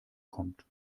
kommt